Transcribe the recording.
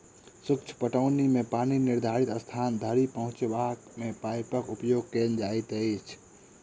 सूक्ष्म पटौनी मे पानि निर्धारित स्थान धरि पहुँचयबा मे पाइपक उपयोग कयल जाइत अछि